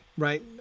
Right